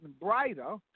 brighter